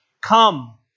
Come